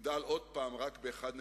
יגדל עוד פעם רק ב-1.7%,